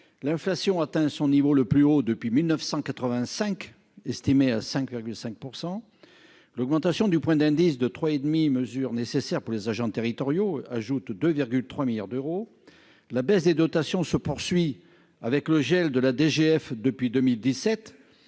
à 5,5 %, atteint son niveau le plus haut depuis 1985. L'augmentation du point d'indice de 3,5 %, mesure nécessaire pour les agents territoriaux, représente 2,3 milliards d'euros. La baisse des dotations se poursuit avec le gel de la DGF depuis 2017.